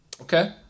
Okay